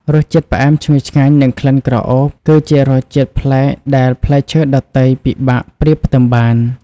រសជាតិផ្អែមឈ្ងុយឆ្ងាញ់និងក្លិនក្រអូប គឺជារសជាតិប្លែកដែលផ្លែឈើដទៃពិបាកប្រៀបផ្ទឹមបាន។